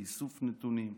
לאיסוף נתונים,